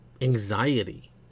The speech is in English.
anxiety